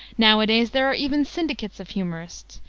nowadays there are even syndicates of humorists,